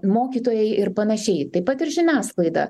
mokytojai ir panašiai taip pat ir žiniasklaida